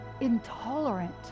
intolerant